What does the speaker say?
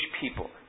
people